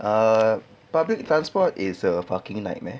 err a public transport is a fucking nightmare